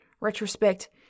retrospect